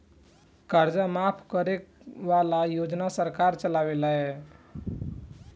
कर्जा माफ करे वाला योजना सरकार चलावेले